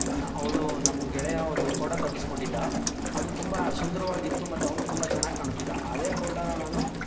ನಾ ಅವನು ನಮ್ಮ ಗೆಳೆಯ ಒಂದು ಫೋಟೋ ತೆಗೆಸ್ಕೊಂಡಿದ್ದ ಅದು ತುಂಬ ಸುಂದರವಾಗಿತ್ತು ಮತ್ತು ಅವ್ನಿಗೆ ತುಂಬ ಚೆನ್ನಾಗಿ ಕಾಣ್ತಿದ್ದ ಅದೇ ಫೋಟೋನ ನಾನು